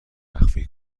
مخفی